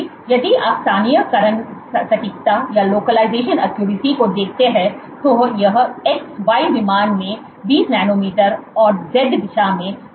क्योंकि यदि आप स्थानीयकरण सटीकता को देखते हैं तो यह xy विमान में 20 नैनोमीटर और z दिशा में 10 से 15 नैनोमीटर के भीतर है